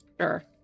Sure